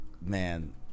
man